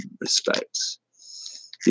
respects